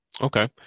Okay